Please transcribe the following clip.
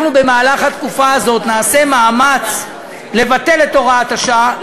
אנחנו בתקופה הזאת נעשה מאמץ לבטל את הוראת השעה,